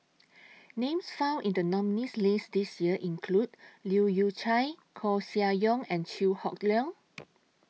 Names found in The nominees' list This Year include Leu Yew Chye Koeh Sia Yong and Chew Hock Leong